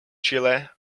chile